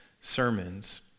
sermons